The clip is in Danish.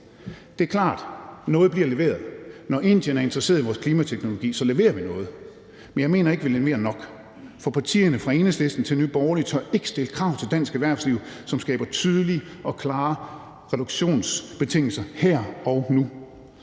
Det er klart, at noget bliver leveret. Når Indien er interesseret i vores klimateknologi, leverer vi noget, men jeg mener ikke, at vi leverer nok, for partierne fra Enhedslisten til Nye Borgerlige tør ikke stille krav til dansk erhvervsliv, som skaber tydelige og klare reduktionsbetingelser her og nu.